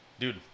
Dude